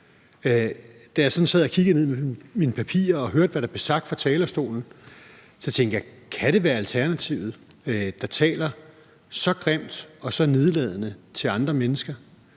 sad og kiggede ned i mine papirer og hørte, hvad der blev sagt fra talerstolen, så tænkte jeg: Kan det være Alternativet, der taler så grimt og så nedladende til andre mennesker?